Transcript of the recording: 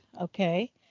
okay